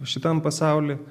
šitam pasauly